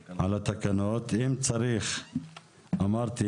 אמרתי,